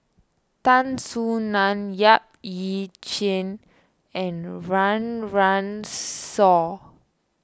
Tan Soo Nan Yap Ee Chian and Run Run Shaw